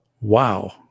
Wow